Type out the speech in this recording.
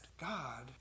God